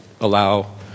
allow